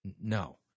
No